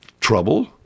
Trouble